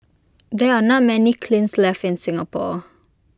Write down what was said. there are not many kilns left in Singapore